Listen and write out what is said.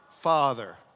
Father